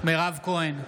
מירב כהן,